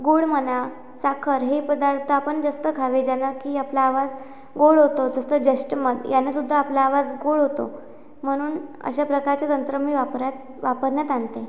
गुळ म्हणा साखर हे पदार्थ आपण जास्त खावे ज्याना की आपला आवाज गोड होतो जसं जेष्ठमध यानं सुद्धा आपला आवाज गोड होतो म्हणून अशा प्रकारचे तंत्र मी वापरात वापरण्यात आणते